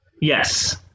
Yes